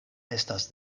estas